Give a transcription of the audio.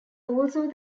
also